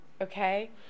okay